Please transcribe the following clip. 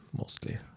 mostly